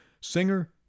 singer